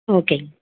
ஓகேங்க